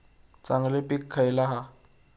चांगली पीक खयला हा?